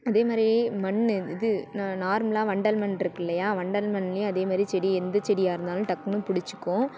அதேமாதிரி மண் இது ந நார்மலா வண்டல் மண் இருக்குது இல்லையா வண்டல் மண்லையே அதேமாதிரி செடி எந்த செடியாக இருந்தாலும் டக்குனு பிடிச்சிக்கும்